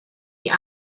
die